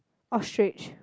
ostrich